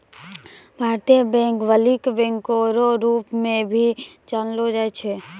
भारतीय bank public बैंको रो रूप मे भी जानलो जाय छै